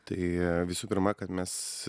tai visų pirma kad mes